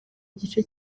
gice